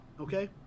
okay